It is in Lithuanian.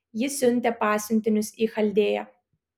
ji siuntė pasiuntinius į chaldėją